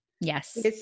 Yes